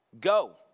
Go